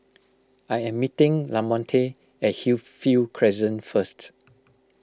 I am meeting Lamonte at Hillview Crescent first